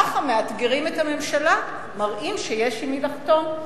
ככה מאתגרים את הממשלה, מראים שיש עם מי לחתום.